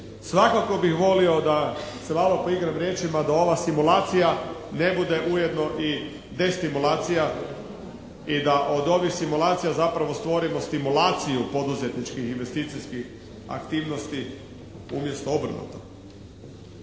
Svakako bih volio da, se malo poigram riječima, da ova simulacije ne bude ujedno i destimulacija i da od ovih simulacija zapravo stvorimo stimulaciju poduzetničkih, investicijskih aktivnosti umjesto obrnuto.